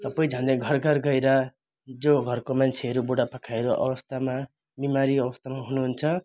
सबै झन्डै घर घर गएर जो घरको मान्छेहरू बुढापाकाहरू अवस्थामा बिमारी अवस्थामा हुनु हुन्छ